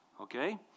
Okay